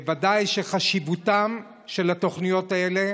ודאי שהתוכניות האלה